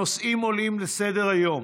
נושאים עולים לסדר-היום,